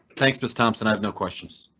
thanks, chris thompson. i have no questions.